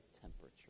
temperature